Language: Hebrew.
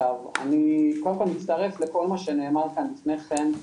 אני קודם כל מצטרף לכל מה שנאמר כאן לפני כן.